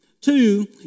Two